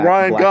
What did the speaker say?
Ryan